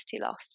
loss